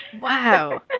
Wow